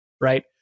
right